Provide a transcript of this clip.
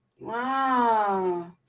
Wow